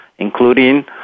including